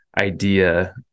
idea